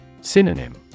Synonym